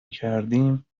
کردیم